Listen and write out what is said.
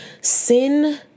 Sin